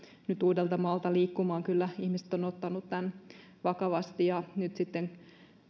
nyt uudeltamaalta liikkumaan kyllä ihmiset ovat ottaneet tämän vakavasti nyt sitten